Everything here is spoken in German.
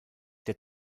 der